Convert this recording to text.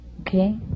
Okay